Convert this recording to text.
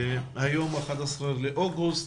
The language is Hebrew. היום 11 באוגוסט,